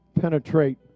penetrate